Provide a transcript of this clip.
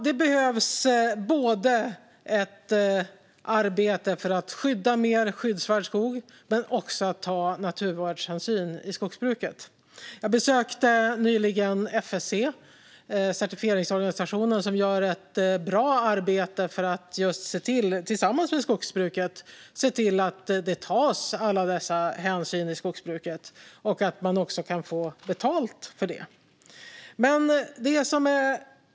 Det behövs både ett arbete för att skydda mer skyddsvärd skog och att ta naturvårdshänsyn i skogsbruket. Jag besökte nyligen FSC, certifieringsorganisationen, som gör ett bra arbete för att tillsammans med skogsbruket se till att det tas alla dessa hänsyn i skogsbruket och att man också kan få betalt för det. Fru talman!